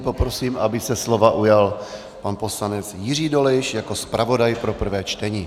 Poprosím, aby se slova ujal pan poslanec Jiří Dolejš jako zpravodaj pro prvé čtení.